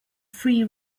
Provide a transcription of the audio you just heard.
free